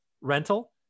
rental